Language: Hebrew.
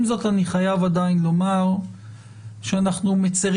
עם זאת אני חייב עדיין לומר שאנחנו מצרים